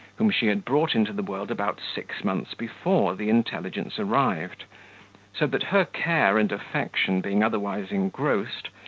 whom she had brought into the world about six months before the intelligence arrived so that her care and affection being otherwise engrossed,